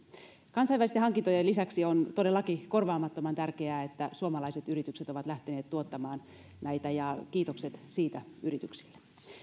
kansainvälisten hankintojen lisäksi on todellakin korvaamattoman tärkeää että suomalaiset yritykset ovat lähteneet tuottamaan näitä ja kiitokset siitä yrityksille